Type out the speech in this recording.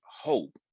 hope